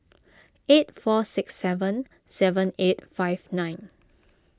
eight four six seven seven eight five nine